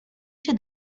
się